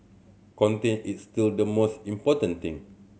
content is still the most important thing